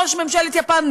ראש ממשלת יפן,